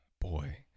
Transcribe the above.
boy